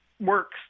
works